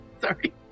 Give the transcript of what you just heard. Sorry